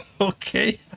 okay